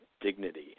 dignity